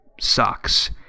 sucks